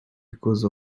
because